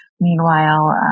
meanwhile